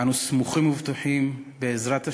אנו סמוכים ובטוחים, בעזרת השם,